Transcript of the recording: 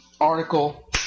article